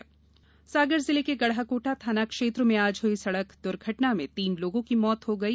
दुर्घटना सागर जिले के गढ़ाकोटा थाना क्षेत्र में आज हुई सड़क दुर्घटना में तीन लोगों की मौत हो गयी